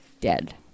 dead